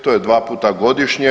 To je dva puta godišnje.